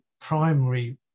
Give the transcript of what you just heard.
primary